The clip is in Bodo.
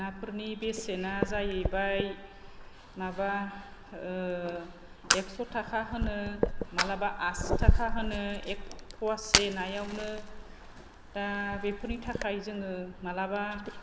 नाफोरनि बेसेना जाहैबाय माबा एक्स थाखा होनो मालाबा आसि थाखा होनो एक पवासे नायावनो दा बेफोरनि थाखाय जोङो मालाबा